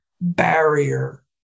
barrier